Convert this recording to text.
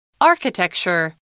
Architecture